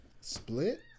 split